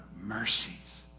mercies